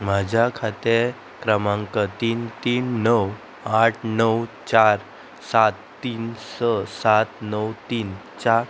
म्हज्या खातें क्रमांक तीन तीन णव आठ णव चार सात तीन स सात णव तीन चार